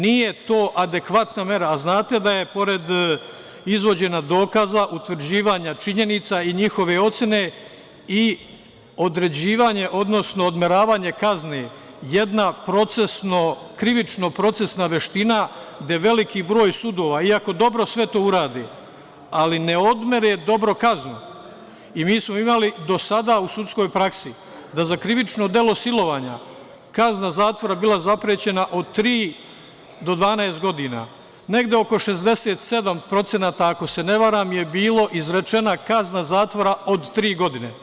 Nije to adekvatna mera, a znate da je pored izvođenja dokaza, utvrđivanja činjenica i njihove ocene i određivanje, odnosno odmeravanje kazne jedna krivično procesna veština, gde veliki broj sudova, iako dobro sve to urade, ali ne odmere dobro kaznu i mi smo imali do sada u sudskoj praksi da za krivično delo silovanja kazna zatvora je bila zaprećena od tri od 12 godina, a negde oko 67%, ako se ne varam, je bila izrečena kazna zatvora od tri godine.